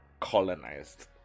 colonized